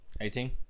Eighteen